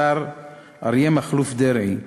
השר אריה מכלוף דרעי,